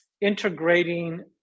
integrating